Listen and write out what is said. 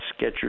Skechers